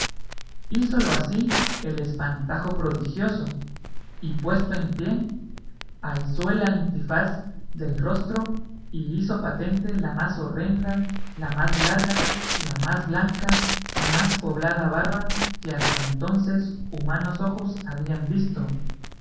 hízolo así el espantajo prodigioso y puesto en pie alzó el antifaz del rostro y hizo patente la más horrenda la más larga la más blanca y más poblada barba que hasta entonces humanos ojos habían visto